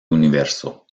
universo